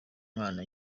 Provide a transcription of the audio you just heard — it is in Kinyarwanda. mwana